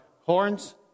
Horns